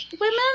women